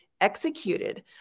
executed